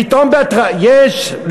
פתאום יש,